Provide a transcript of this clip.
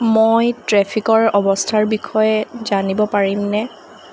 মই ট্ৰেফিকৰ অৱস্থাৰ বিষয়ে জানিব পাৰিমনে